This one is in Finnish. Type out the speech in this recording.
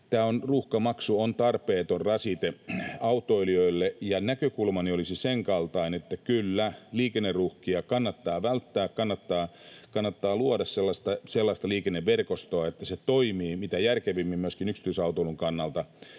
Ruuhkamaksu on tarpeeton rasite autoilijoille, ja näkökulmani olisi sen kaltainen, että kyllä, liikenneruuhkia kannattaa välttää, kannattaa luoda sellaista liikenneverkostoa, että se toimii mitä järkevimmin myöskin yksityisautoilun kannalta,